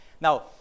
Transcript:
Now